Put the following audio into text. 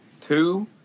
Two